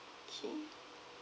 okay